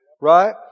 right